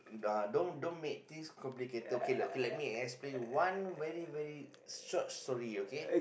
uh don't don't make things complicated okay okay let me explain one very very short story okay